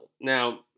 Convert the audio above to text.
Now